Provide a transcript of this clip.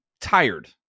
tired